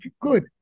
Good